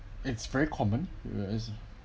it's very common whereas